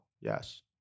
Yes